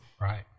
Right